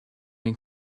ein